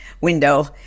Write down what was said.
window